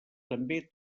també